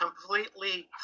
Completely